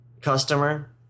customer